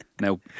now